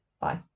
bye